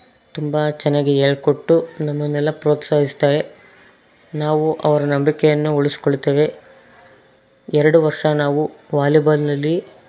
ತುಂಬ ಚೆನ್ನಾಗಿ ಹೇಳ್ಕೊಟ್ಟು ನಮ್ಮನ್ನೆಲ್ಲ ಪ್ರೋತ್ಸಾಹಿಸ್ತಾರೆ ನಾವು ಅವ್ರ ನಂಬಿಕೆಯನ್ನು ಉಳಿಸಿಕೊಳ್ತೇವೆ ಎರಡು ವರ್ಷ ನಾವು ವಾಲಿಬಾಲ್ನಲ್ಲಿ